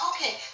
Okay